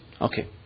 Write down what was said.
Okay